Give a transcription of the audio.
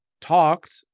talked